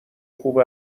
خوب